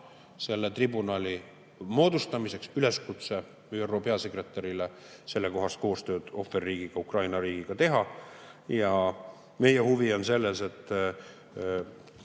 selle tribunali moodustamiseks, üleskutse ÜRO peasekretärile sellekohast koostööd ohverriigiga, Ukraina riigiga teha. Meie huvi on selles, et